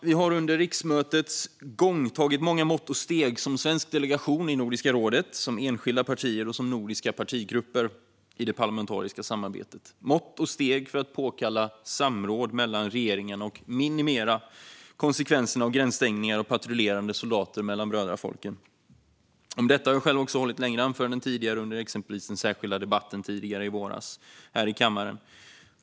Vi har under riksmötets gång tagit många mått och steg som svensk delegation i Nordiska rådet, som enskilda partier och som nordiska partigrupper i det parlamentariska samarbetet. Vi har tagit mått och steg för att påkalla samråd mellan regeringarna och minimera konsekvenserna av gränsstängningar och patrullerande soldater mellan brödrafolken. Om detta har jag själv också hållit längre anföranden tidigare, exempelvis under den särskilda debatten tidigare i våras här i kammaren.